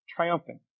triumphant